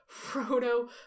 Frodo